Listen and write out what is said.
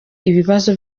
ibibazo